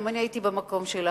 גם אני הייתי במקום שלך,